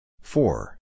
Four